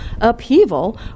upheaval